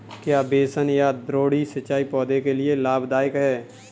क्या बेसिन या द्रोणी सिंचाई पौधों के लिए लाभदायक है?